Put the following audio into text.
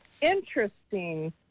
interesting